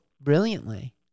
brilliantly